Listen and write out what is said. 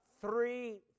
three